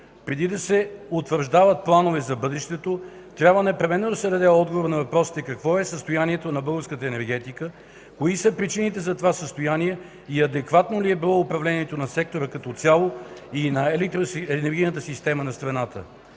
Преди да се утвърждават планове за бъдещето, трябва непременно да се даде отговор на въпросите какво е състоянието на българската енергетика, кои са причините за това състояние и адекватно ли е било управлението на сектора като цяло и на енергийната система на страната.